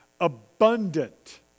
Abundant